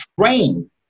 train